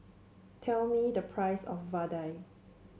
tell me the price of Vadai